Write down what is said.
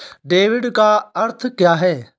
Debit का अर्थ क्या है?